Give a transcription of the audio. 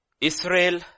Israel